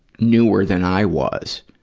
newer than i was,